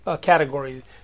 category